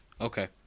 Okay